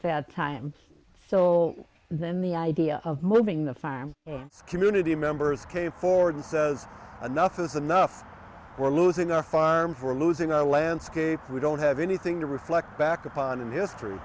that time so then the idea of moving the farm community members came forward and says enough is enough we're losing our farm for losing our landscape we don't have anything to reflect back upon in history